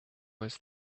was